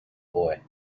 boy